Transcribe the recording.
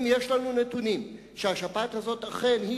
אם יש לנו נתונים שהשפעת הזאת אכן היא